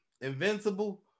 Invincible